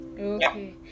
okay